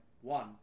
one